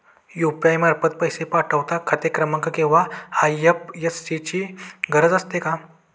UPI मार्फत पैसे पाठवता खाते क्रमांक किंवा आय.एफ.एस.सी ची गरज असते का?